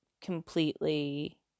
completely